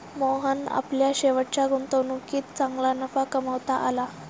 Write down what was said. मोहनला आपल्या शेवटच्या गुंतवणुकीत चांगला नफा कमावता आला